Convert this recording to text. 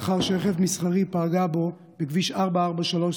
לאחר שרכב מסחרי פגע בו בכביש 443,